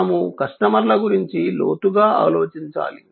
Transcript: మనము కస్టమర్ల గురించి లోతుగా ఆలోచించాలి